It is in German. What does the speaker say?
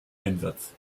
einsatz